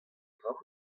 dra